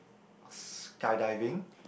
skydiving